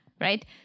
right